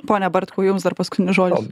pone bartkau jums dar paskutinis žodis